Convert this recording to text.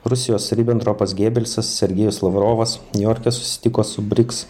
rusijos ribentropas gebelsas sergejus lavrovas niujorke susitiko su brics